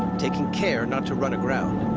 taking care not to run aground.